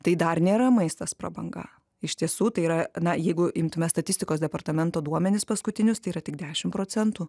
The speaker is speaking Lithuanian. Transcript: tai dar nėra maistas prabanga iš tiesų tai yra na jeigu imtume statistikos departamento duomenis paskutinius tai yra tik dešim procentų